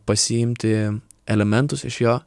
pasiimti elementus iš jo